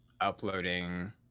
uploading